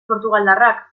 portugaldarrak